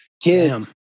kids